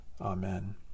Amen